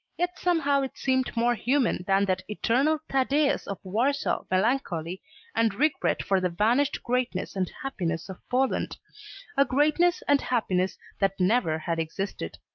yet somehow it seemed more human than that eternal thaddeus of warsaw melancholy and regret for the vanished greatness and happiness of poland a greatness and happiness that never had existed.